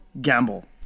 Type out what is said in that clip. gamble